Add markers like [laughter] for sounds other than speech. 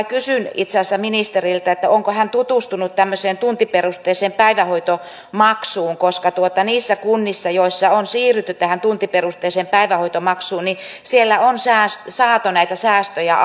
[unintelligible] kysyn itse asiassa ministeriltä onko hän tutustunut tämmöiseen tuntiperusteiseen päivähoitomaksuun koska niissä kunnissa joissa on siirrytty tähän tuntiperusteiseen päivähoitomaksuun on saatu näitä säästöjä [unintelligible]